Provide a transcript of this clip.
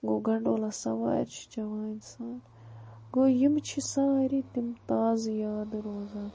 گوٚو گَنٛڈولا سوارِ چھُ چیٚوان اِنسان گوٚو یِم چھِ ساری تِم تازٕ یاد روزان